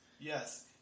Yes